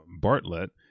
Bartlett